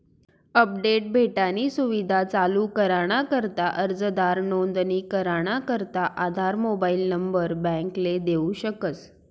update भेटानी सुविधा चालू कराना करता अर्जदार नोंदणी कराना करता आधार मोबाईल नंबर बॅकले देऊ शकस